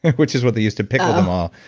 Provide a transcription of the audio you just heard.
which is what they use to pickle them all.